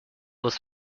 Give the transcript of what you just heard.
was